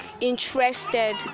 interested